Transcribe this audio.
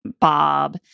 bob